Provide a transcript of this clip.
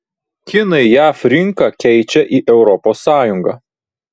kinai jav rinką keičia į europos sąjungą